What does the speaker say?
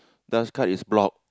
thus card is block